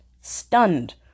stunned